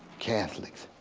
catholics,